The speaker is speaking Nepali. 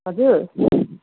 हजुर